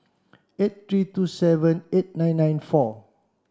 eight three two seven eight nine nine four